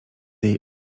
jej